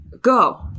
go